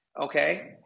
Okay